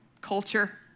culture